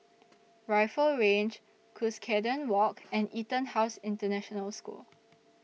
Rifle Range Cuscaden Walk and Etonhouse International School